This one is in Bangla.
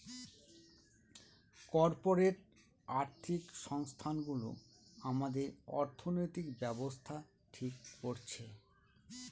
কর্পোরেট আর্থিক সংস্থানগুলো আমাদের অর্থনৈতিক ব্যাবস্থা ঠিক করছে